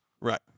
Right